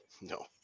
No